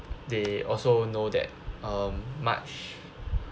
they also know that um much